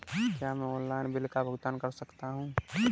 क्या मैं online bill का भुगतान कर सकता हूँ?